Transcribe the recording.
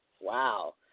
Wow